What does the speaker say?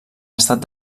estat